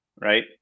right